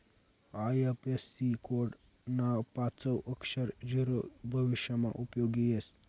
IFSC code ना पाचवं अक्षर झीरो भविष्यमा उपयोगी येस